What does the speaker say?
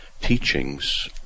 teachings